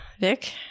Vic